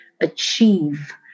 achieve